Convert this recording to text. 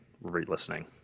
re-listening